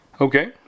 Okay